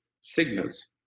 signals